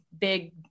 big